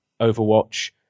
Overwatch